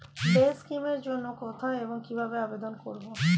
Day scheme এর জন্য কোথায় এবং কিভাবে আবেদন করব?